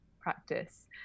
practice